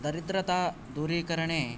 दरिद्रता दूरीकरणे